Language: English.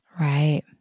Right